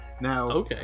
Now